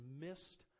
missed